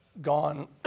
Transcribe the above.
gone